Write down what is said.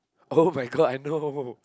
[oh]-my-god I know